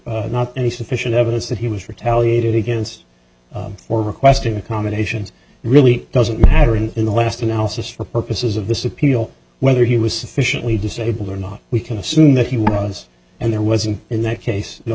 no not any sufficient evidence that he was retaliated against or requested accommodations really doesn't matter and in the last analysis for purposes of this appeal whether he was sufficiently disabled or not we can assume that he was and it wasn't in that case